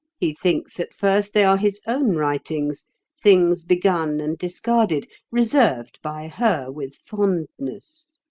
he thinks at first they are his own writings things begun and discarded, reserved by her with fondness.